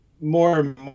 more